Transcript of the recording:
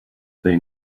they